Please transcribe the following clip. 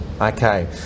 Okay